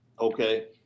Okay